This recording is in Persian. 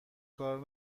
کار